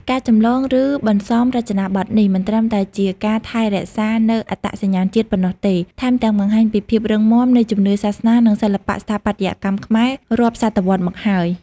ការចម្លង ឬបន្សំរចនាបថនេះ មិនត្រឹមតែជាការថែរក្សានូវអត្តសញ្ញាណជាតិប៉ុណ្ណោះទេ ថែមទាំងបង្ហាញពីភាពរឹងមាំនៃជំនឿសាសនា និងសិល្បៈស្ថាបត្យកម្មខ្មែររាប់សតវត្សរ៍មកហើយ។